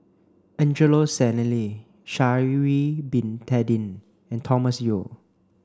Angelo Sanelli Sha'ari bin Tadin and Thomas Yeo